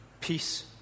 peace